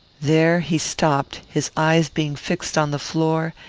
there he stopped his eyes being fixed on the floor,